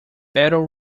battle